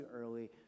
early